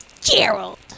Gerald